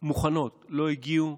מוכנות לא הגיעו,